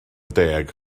deg